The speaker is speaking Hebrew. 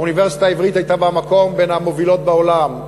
האוניברסיטה העברית הייתה במקום בין המובילות בעולם,